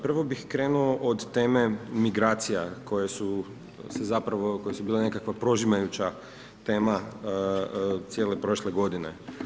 Prvo bih krenuo od teme migracija, koje su se zapravo, koje su bila nekakva prožimajući tema cijele prošle godine.